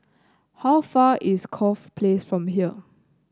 how far is Corfe Place from here